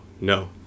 no